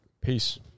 Peace